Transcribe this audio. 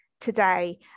today